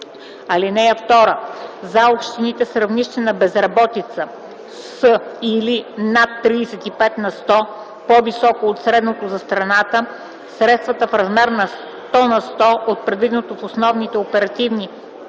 ал. 2. (2) За общините с равнище на безработица с или над 35 на сто по-високо от средното за страната, средствата в размер на 100 на сто от предвиденото в оперативните програми